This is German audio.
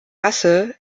asse